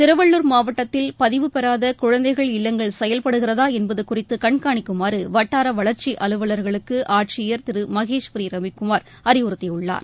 திருவள்ளுர் மாவட்டத்தில் பதிவு பெறாத குழந்தைகள் இல்லங்கள் செயல்படுகிறதா என்பது குறித்து கண்காணிக்குமாறு வட்டார வளர்ச்சி அலுவலர்களுக்கு ஆட்சியர் திரு மகேஸ்வரி ரவிக்குமார் அறிவுறுத்தியுள்ளார்